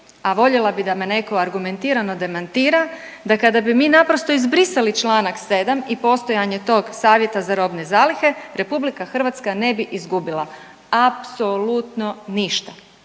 a voljela bih da me netko argumentirano demantira, da kada bi mi naprosto izbrisali čl. 7 i postojanje tog Savjeta za robne zalihe, RH ne bi izgubila apsolutno ništa.